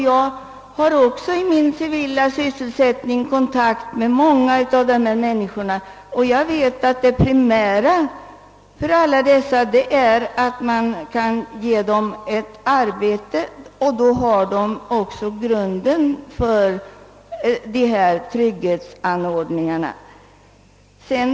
Jag har i min privata sysselsättning kontakt med många av dem, och jag vet att det primära för dem är att få ett arbete och därmed också grunden lagd för delaktighet i de allmänna trygghetsanordningar som finns.